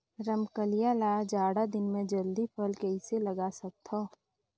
रमकलिया ल जाड़ा दिन म जल्दी फल कइसे लगा सकथव?